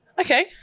okay